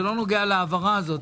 זה לא נוגע להעברה הזו.